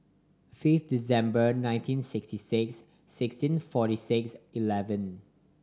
fifth December nineteen sixty six sixteen forty six eleven